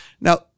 Now